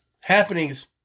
happenings